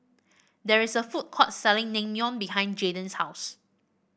there is a food court selling Naengmyeon behind Jaden's house